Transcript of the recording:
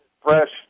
fresh